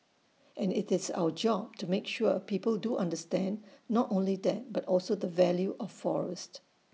and IT is our job to make sure people do understand not only that but also the value of forest